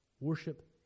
worship